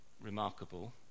remarkable